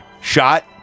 shot